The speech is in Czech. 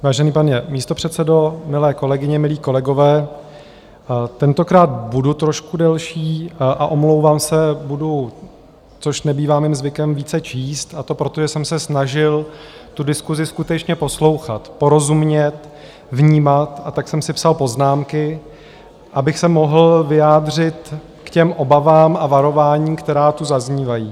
Vážený pane místopředsedo, milé kolegyně, milí kolegové, tentokrát budu trošku delší a omlouvám se, budu, což nebývá mým zvykem, více číst, a to proto, že jsem se snažil diskusi skutečně poslouchat, porozumět, vnímat, a tak jsem si psal poznámky, abych se mohl vyjádřit k těm obavám a varováním, které tu zaznívají.